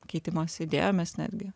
keitimosi idėjomis netgi